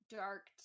dark